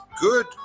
Good